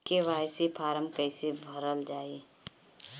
KYC form कइसे भरल जाइ?